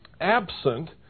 absent